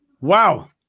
Wow